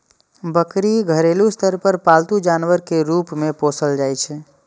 बकरी घरेलू स्तर पर पालतू जानवर के रूप मे पोसल जाइ छै